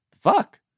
Fuck